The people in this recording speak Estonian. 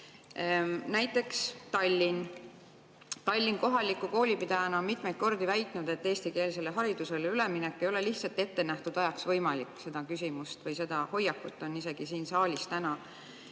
Näiteks Tallinn kohaliku koolipidajana on mitmeid kordi väitnud, et eestikeelsele haridusele üleminek ei ole ettenähtud ajaks lihtsalt võimalik – seda küsimust või seda hoiakut on isegi siin saalis täna